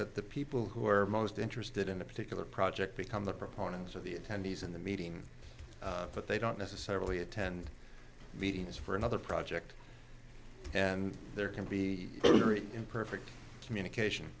that the people who are most interested in a particular project become the proponents of the attendees in the meeting but they don't necessarily attend meetings for another project and there can be very imperfect communication